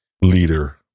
leader